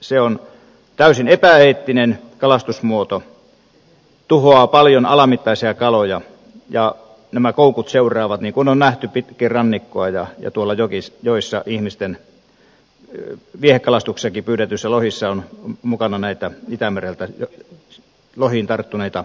se on täysin epäeettinen kalastusmuoto tuhoaa paljon alamittaisia kaloja ja nämä koukut seuraavat niin kuin on nähty pitkin rannikkoa ja tuolla joissa ihmisten viehekalastukseenkin pyydetyissä lohissa on mukana näitä itämereltä lohiin tarttuneita koukkuja siimoineen